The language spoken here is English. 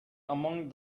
among